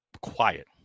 quiet